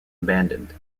abandoned